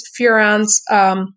furans